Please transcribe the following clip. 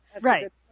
Right